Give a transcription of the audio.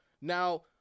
Now